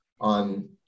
on